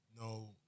no